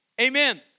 Amen